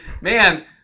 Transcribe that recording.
Man